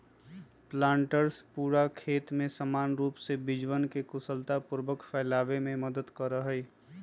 planters पूरा खेत में समान रूप से बीजवन के कुशलतापूर्वक फैलावे में मदद करा हई